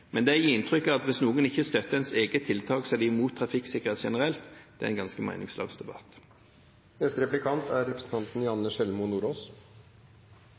Men det å gi inntrykk av at hvis noen ikke støtter ens eget tiltak, så er de imot trafikksikkerhet generelt, det gir en ganske meningsløs debatt.